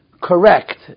correct